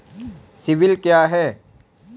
CIBIL क्या है?